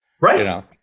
Right